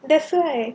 that's why